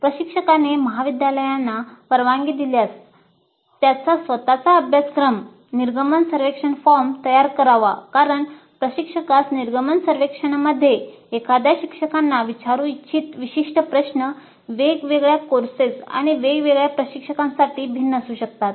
प्रशिक्षकाने महाविद्यालयाने परवानगी दिल्यास त्यांचे स्वतचे अभ्यासक्रम निर्गमन सर्वेक्षण फॉर्म तयार करावा कारण प्रशिक्षकाच्या निर्गमन सर्वेक्षणमध्ये एखाद्या शिक्षकांना विचारू इच्छित विशिष्ट प्रश्न वेगवेगळ्या कोर्सेस आणि वेगवेगळ्या प्रशिक्षकांसाठी भिन्न असू शकतात